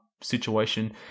situation